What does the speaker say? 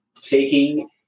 Taking